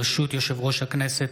ברשות יושב-ראש הכנסת,